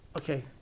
okay